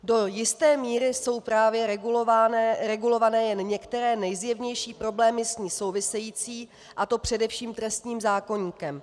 Do jisté míry jsou právě regulované jen některé nejzjevnější problémy s ní související, a to především trestním zákoníkem.